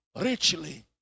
richly